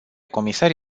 comisar